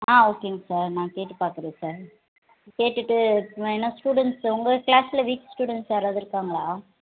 ஆ ஓகேங்க சார் நான் கேட்டு பார்க்குறேன் சார் கேட்டுவிட்டு வேணா ஸ்டுடென்ட்ஸ் உங்கள் க்ளாஸில் வீக் ஸ்டுடென்ட்ஸ் யாராவது இருக்காங்களா